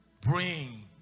bring